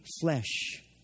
flesh